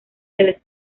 del